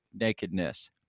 nakedness